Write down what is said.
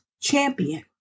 champion